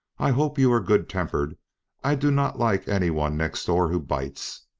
i hope you are good-tempered i do not like any one next door who bites.